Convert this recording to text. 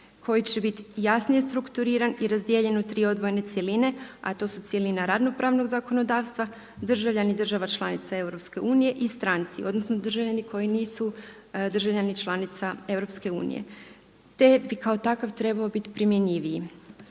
koji će bit jasnije strukturiran i razdijeljen u tri odvojene cjeline, a to su cjelina radno-pravnog zakonodavstva, državljani država članica EU i stranci, odnosno državljani koji nisu državljani članica EU, te bi kao takav trebao bit primjenjiviji.